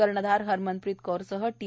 कर्णधार हरमंनप्रीत कौरसह ी